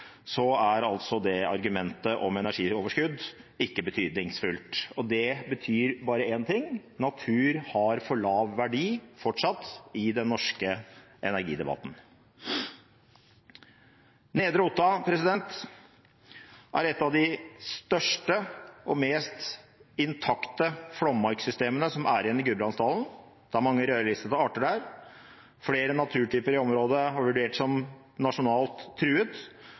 så stort fornybar energi-overskudd fra før av. Men når det gjelder å ødelegge en av våre gjenværende veldig verdifulle elvestrekninger, er det argumentet om energioverskudd ikke betydningsfullt. Det betyr bare én ting: Natur har fortsatt for lav verdi i den norske energidebatten. Nedre Otta er et av de største og mest intakte flommarkssystemene som er igjen i Gudbrandsdalen. Det er mange rødlistede arter der. Flere naturtyper i